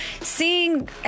seeing